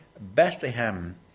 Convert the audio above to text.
Bethlehem